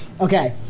Okay